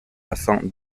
afin